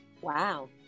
Wow